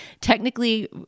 technically